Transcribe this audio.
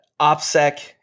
OPSEC